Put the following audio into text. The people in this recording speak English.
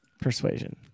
Persuasion